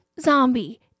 zombie